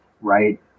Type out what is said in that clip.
right